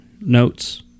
notes